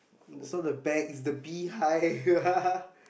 you saw the bag with the bee hive